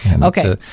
Okay